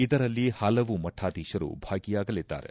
ಇದರಲ್ಲಿ ಹಲವು ಮಠಾಧೀಶರು ಭಾಗಿಯಾಗಲಿದ್ದಾರೆ